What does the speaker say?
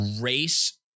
race